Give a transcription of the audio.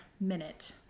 minute